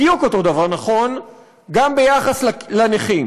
בדיוק אותו דבר, נכון גם ביחס לנכים.